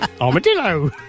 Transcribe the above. Armadillo